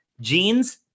jeans